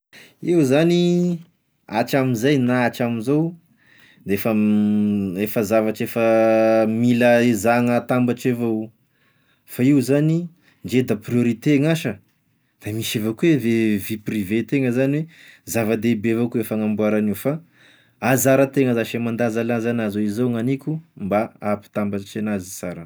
Io zany, hatramin'izay na hatramin'izao de efa efa zavatra efa mila ezahagna atambatry avao, fa io zany ndre da priorite gn'asa da misy avao koa e vie- vie privén-tena zany hoe zavadehibe avao koa e fanamboaragna agn'io fa anzaratena zash e mandanzalanza an'azy hoe zao gn'aniko mba ampitambatry anazy sara.